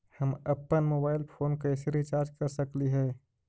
हम अप्पन mobile phone के कैसे रिचार्ज कर सकली हे?